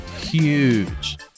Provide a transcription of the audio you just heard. huge